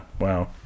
Wow